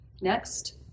Next